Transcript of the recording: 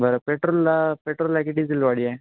बरं पेट्रोलला पेट्रोल आहे की डिझिल गाडी आहे